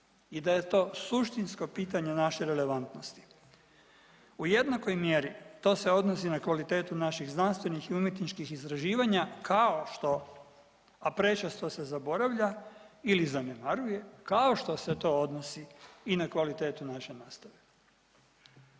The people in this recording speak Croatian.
i da je to suštinsko pitanje naše relevantnosti. U jednakoj mjeri to se odnosi na kvalitetu naših znanstvenih i umjetničkih istraživanja, kao što, a prečesto se zaboravlja ili zanemaruje, kao što se to odnosi i na kvalitetu naše nastave.